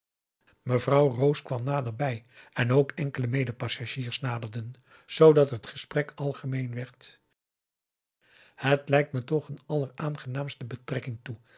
mevrouw roos kwam naderbij en ook enkele medepassagiers naderden zoodat het gesprek algemeen werd het lijkt me toch een alleraangenaamste betrekking toe